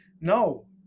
No